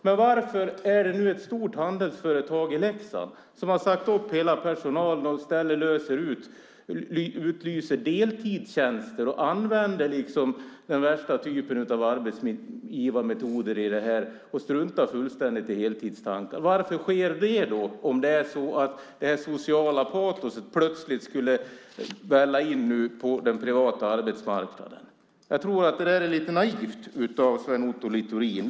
Men varför har nu ett stort handelsföretag i Leksand sagt upp hela personalen och i stället utlyst deltidstjänster? De använder den värsta typen av arbetsgivarmetoder och struntar fullständigt i heltidstankar. Varför sker det, om det är så att det sociala patoset plötsligt skulle välla in på den privata arbetsmarknaden? Jag tror att det är lite naivt av Sven Otto Littorin.